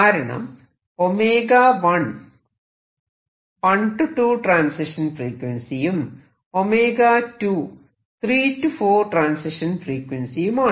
കാരണം 1 1 → 2 ട്രാൻസിഷൻ ഫ്രീക്വൻസിയും 2 3 → 4 ട്രാൻസിഷൻ ഫ്രീക്വൻസിയുമാണ്